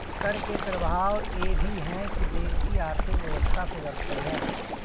कर के प्रभाव यह भी है कि देश की आर्थिक व्यवस्था सुधरती है